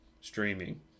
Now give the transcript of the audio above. streaming